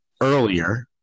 earlier